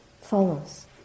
follows